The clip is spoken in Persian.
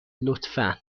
لطفا